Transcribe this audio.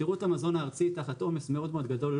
שירות המזון הארצי תחת עומס מאוד גדול,